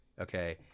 okay